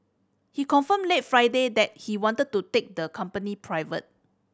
he confirmed late Friday that he wanted to take the company private